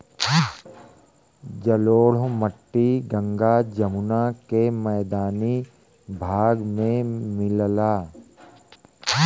जलोढ़ मट्टी गंगा जमुना के मैदानी भाग में मिलला